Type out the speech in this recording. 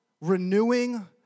renewing